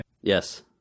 Yes